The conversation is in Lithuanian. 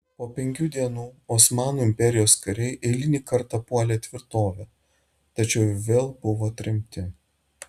po penkių dienų osmanų imperijos kariai eilinį kartą puolė tvirtovę tačiau ir vėl buvo atremti